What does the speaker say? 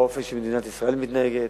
באופן שמדינת ישראל מתנהגת,